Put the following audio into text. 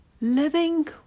living